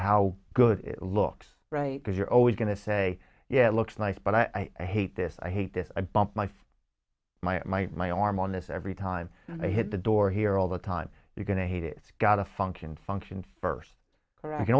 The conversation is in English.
how good it looks right because you're always going to say yeah it looks nice but i hate this i hate this i bump life my my my arm on this every time they hit the door here all the time you're going to hate it it's got to function function first i can